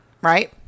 Right